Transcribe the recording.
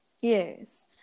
yes